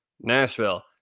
Nashville